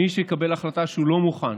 מי שיקבל החלטה שהוא לא מוכן